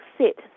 sit